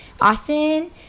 Austin